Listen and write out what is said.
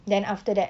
then after that